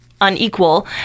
unequal